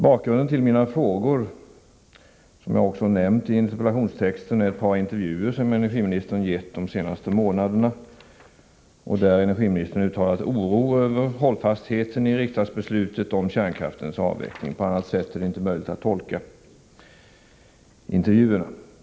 Bakgrunden till mina frågor är, vilket jag också nämnt i interpellationstexten, ett par intervjuer som energiministern gett de senaste månaderna, där energiministern uttalat oro över hållfastheten i riksdagsbeslutet om kärn kraftens avveckling. På annat sätt är det inte möjligt att tolka intervjuerna.